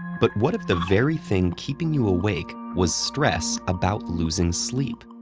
but what if the very thing keeping you awake was stress about losing sleep?